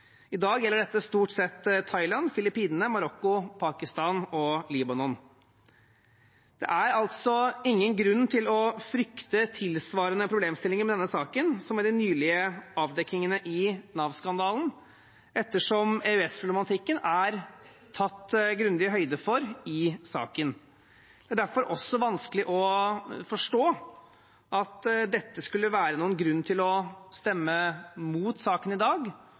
I dag gjelder dette stort sett Thailand, Filippinene, Marokko, Pakistan og Libanon. Det er altså ingen grunn til å frykte tilsvarende problemstillinger med denne saken som i Nav-skandalen, det som ble avdekket der, ettersom EØS-problematikken er tatt grundig høyde for i saken. Det er derfor også vanskelig å forstå at dette skulle være noen grunn til å stemme mot saken i dag